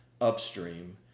upstream